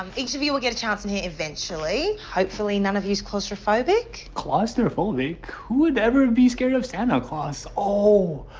um each of you will get a chance in here, eventually. hopefully, none of you is claustrophobic. claustrophobic? who would ever be scared of santa claus? oh!